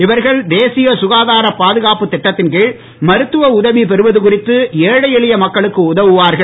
இவர்கள் தேசிய சுகாதார பாதுகாப்புத் இட்டத்தின் கீழ் மருத்துவ உதவி பெறுவது குறித்து ஏழை எளிய மக்களுக்கு உதவுவார்கள்